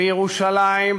בירושלים,